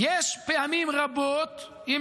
פעמים רבות יש,